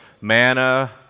manna